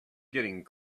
getting